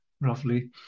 roughly